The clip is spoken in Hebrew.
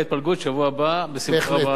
בשבוע הבא בשמחה רבה אני אביא לך אותה.